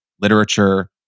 literature